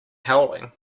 howling